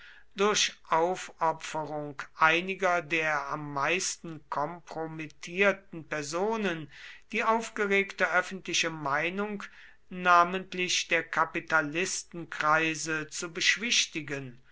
durch aufopferung einiger der am meisten kompromittierten personen die aufgeregte öffentliche meinung namentlich der kapitalistenkreise zu beschwichtigen